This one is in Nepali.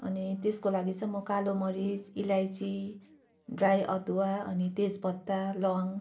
अनि त्यसको लागि चाहिँ म कालो मरिच इलायची ड्राइ अदुवा अनि तेजपत्ता ल्वाङ